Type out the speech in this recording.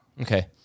Okay